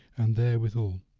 and therewithal